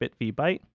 bitvbyte